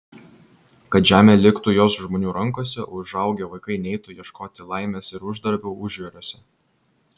kad žemė liktų jos žmonių rankose o užaugę vaikai neitų ieškoti laimės ir uždarbio užjūriuose